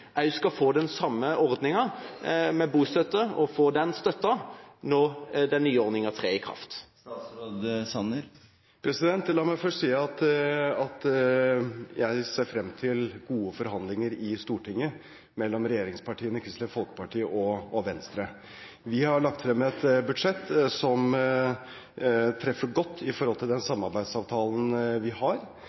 skal få den samme støtten når den nye ordninga trer i kraft. La meg først si at jeg ser frem til gode forhandlinger mellom regjeringspartiene, Kristelig Folkeparti og Venstre i Stortinget. Vi har lagt frem et budsjett som treffer godt i forhold til samarbeidsavtalen vi har.